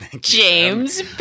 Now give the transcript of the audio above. James